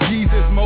Jesus